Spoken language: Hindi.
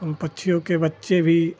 उन पक्षियों के बच्चे भी